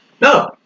No